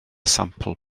sampl